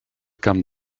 camp